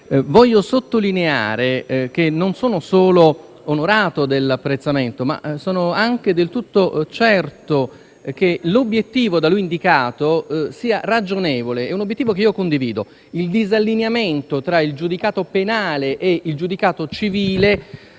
Voglio sottolineare che non sono solo onorato dell'apprezzamento, ma sono anche del tutto certo che l'obiettivo da lui indicato sia ragionevole, ed è un obiettivo che personalmente condivido. Il disallineamento tra il giudicato penale e il giudicato civile